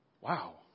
Wow